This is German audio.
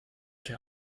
der